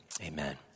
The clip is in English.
Amen